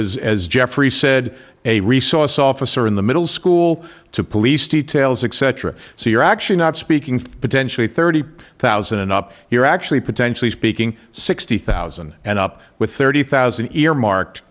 as as geoffrey said a resource officer in the middle school to police details etc so you're actually not speaking for potentially thirty thousand and up here actually potentially speaking sixty thousand and up with thirty thousand earmarked